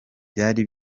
byari